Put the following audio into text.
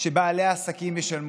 שבעלי העסקים ישלמו,